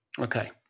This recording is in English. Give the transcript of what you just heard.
Okay